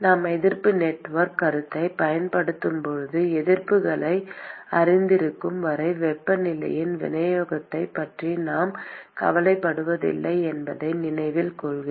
எனவே நாம் எதிர்ப்பு நெட்வொர்க் கருத்தைப் பயன்படுத்தும்போது எதிர்ப்புகளை அறிந்திருக்கும் வரை வெப்பநிலையின் விநியோகத்தைப் பற்றி நாம் கவலைப்படவில்லை என்பதை நினைவில் கொள்க